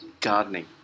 gardening